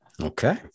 Okay